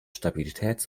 stabilitäts